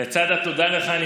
לצד התודה לך,